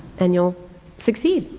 and you'll succeed.